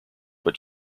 but